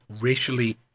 racially